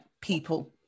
people